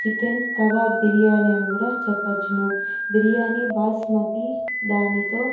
chicken kebab biryani అని కూడా చెప్పవచ్చు బిర్యానీ బాస్మతి దానితో